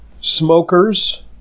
Smokers